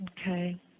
Okay